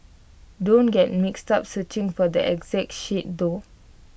don't get mixed up searching for the exact shade though